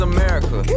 America